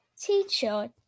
teacher